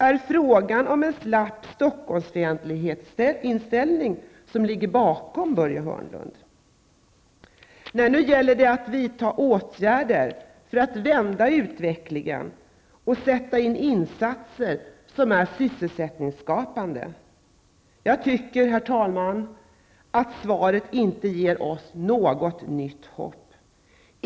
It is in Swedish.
Är det en slapp Stockholmsfientlig inställning som ligger bakom, Börje Hörnlund? Nej, nu gäller det att vidta åtgärder för att vända utvecklingen och sätta in insatser som är sysselsättningsskapande. Jag tycker, herr talman, att svaret inte ger oss något nytt hopp.